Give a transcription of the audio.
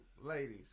ladies